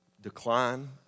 Decline